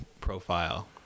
profile